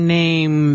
name